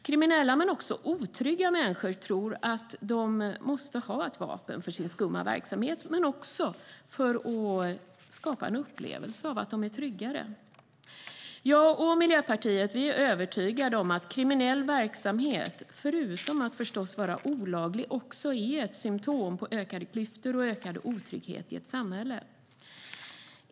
Kriminella men också otrygga människor tror att de måste ha ett vapen för sin skumma verksamhet eller för att skapa en upplevelse av att de är tryggare. Jag och Miljöpartiet är övertygade om att kriminell verksamhet förutom att förstås vara olaglig också är ett symtom på ökade klyftor och ökande otrygghet i ett samhälle.